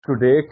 today